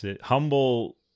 humble